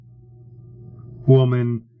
woman